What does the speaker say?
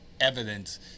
evidence